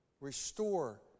restore